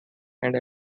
and